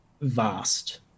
vast